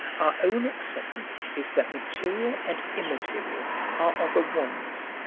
our own acceptance is that material and immaterial are of a oneness,